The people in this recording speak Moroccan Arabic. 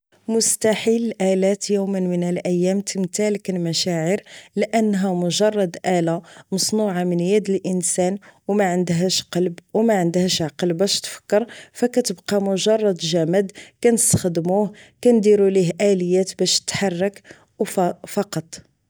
مستحيل الالات يوت من الايام تمتالك المشاعر لانها مجرد الة مصنوعه من يد الانسان وما عندهاش قلب ومعندهاش عقل باش تفكر ف كتبقى مجرد جماد كان استخدموه كدير ليه اليات باش تحرك وفقط